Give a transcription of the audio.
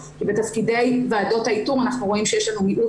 כי בתפקידי ועדות האיתור אנחנו רואים שיש לנו מיעוט